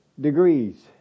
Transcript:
degrees